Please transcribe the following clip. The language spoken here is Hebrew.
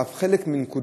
ואף חלק מנקודות